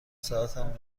ساعتم